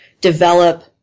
develop